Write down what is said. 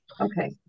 okay